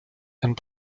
and